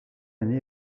année